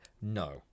No